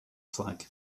flag